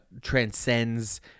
transcends